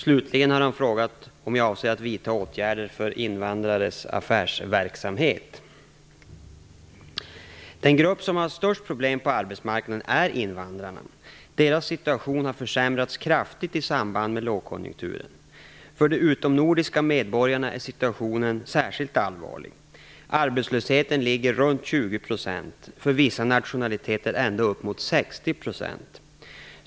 Slutligen har han frågat om jag avser att vidta åtgärder för invandrares affärsverksamhet. Den grupp som har störst problem på arbetsmarknaden är invandrare. Deras situation har försämrats kraftigt i samband med långkonjunkturen. För de utomnordiska medborgarna är situationen särskilt allvarlig. Arbetslösheten ligger runt 20 %, för vissa nationaliteter ända upp mot 60 %.